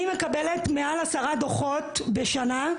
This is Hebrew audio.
אני מקבלת מעל 10 דוחות בשנה.